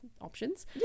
options